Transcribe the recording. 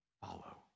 follow